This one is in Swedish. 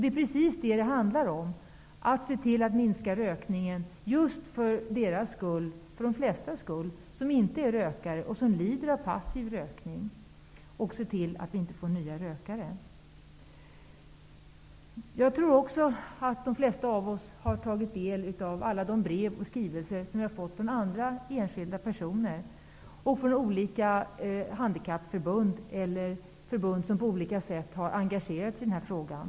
Det är precis vad det handlar om, att se till att minska rökningen för de flestas skull, för dem som inte är rökare och som lider av passiv rökning samt att se till att vi inte får nya rökare. Jag tror också att de flesta av oss har tagit del av alla de brev och skrivelser som vi har fått från enskilda personer, från olika handikappförbund eller förbund som på olika sätt har engagerat sig i den här frågan.